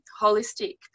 holistic